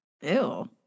Ew